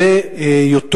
זאת,